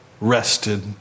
rested